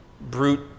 brute